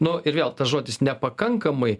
nu ir vėl tas žodis nepakankamai